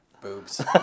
boobs